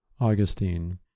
Augustine